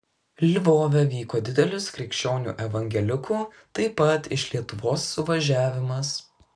lvove vyko didelis krikščionių evangelikų taip pat iš lietuvos suvažiavimas